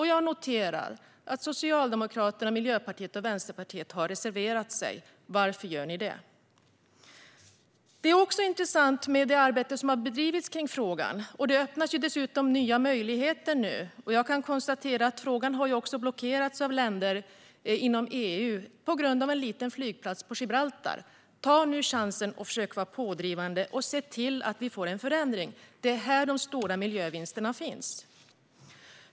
Jag noterar att Socialdemokraterna, Miljöpartiet och Vänsterpartiet har reserverat sig. Varför gör ni det? Det är intressant med det arbete som har bedrivits i frågan, och nu öppnas dessutom nya möjligheter. Jag kan konstatera att frågan har blockerats av länder inom EU på grund av en liten flygplats på Gibraltar. Ta nu chansen att försöka vara pådrivande och se till att vi får en förändring! Det är här som de stora miljövinsterna finns.